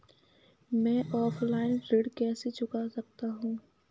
मैं ऑफलाइन ऋण कैसे चुका सकता हूँ?